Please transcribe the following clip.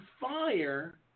fire